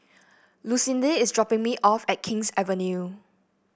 lucindy is dropping me off at King's Avenue